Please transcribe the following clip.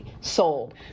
sold